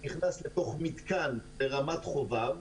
שנכנס לתוך מיתקן ברמת חובב,